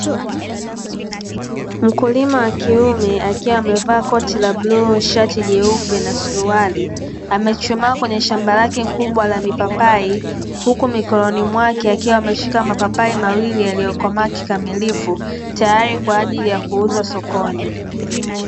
Mkulima wa kiume akiwa amevaa koti la bluu, shati jeupe na suruali , amesimama kwenye shamba lake kubwa la mipapai huku mikononi mwake akiwa ameshika mapapai mawili yaliyo komaa kikamilifu. Tayari kwaajili ya kuuza sokoni.